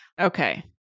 Okay